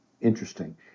interesting